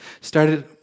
started